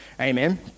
Amen